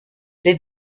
les